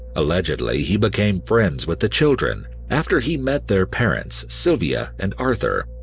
allegedly, he became friends with the children after he met their parents, sylvia and arthur,